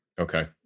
Okay